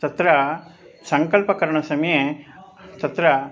तत्र सङ्कल्पकरणसमये तत्र